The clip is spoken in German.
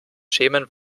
schämen